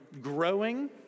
growing